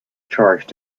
charged